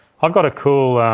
i've got a cool